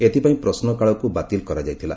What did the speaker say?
ଏଥିପାଇଁ ପ୍ରଶ୍ନକାଳକୁ ବାତିଲ କରାଯାଇଥିଲା